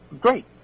great